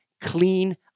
clean